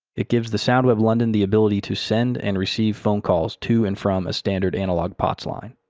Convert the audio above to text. it gives the soundweb london the ability to send and receive phone calls to and from a standard analog pots line.